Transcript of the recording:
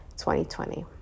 2020